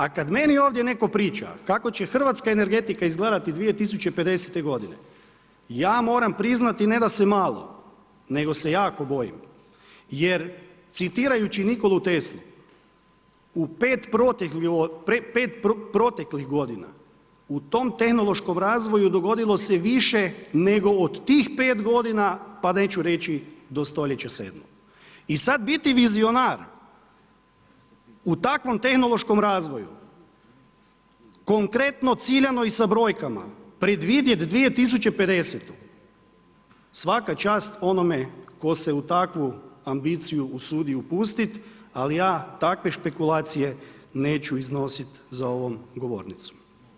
A kada meni ovdje netko priča kako će hrvatska energetika izgledati 2050. g. ja moram priznati, ne da se malo, nego se jako bojim, jer citirajući Nikolu Teslu, u 5 proteklih godina, u tom tehnološkom razvoju, dogodilo se više nego u tih 5 g. pa neću reći do stoljeća 7. I sada biti vizionar, u takvom tehnološkom razvoju, konkretno, ciljano i sa brojkama, predvidjeti 2050. svaka čast onome tko se u takvu ambiciju usudi upustiti, ali ja takve špekulacije neću iznositi za ovom govornicom.